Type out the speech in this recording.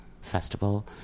festival